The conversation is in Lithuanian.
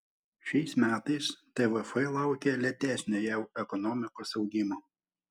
šiais metais tvf laukia lėtesnio jav ekonomikos augimo